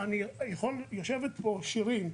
יושבת פה שירין,